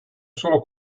solo